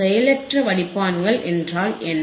செயலற்ற வடிப்பான்கள் என்றால் என்ன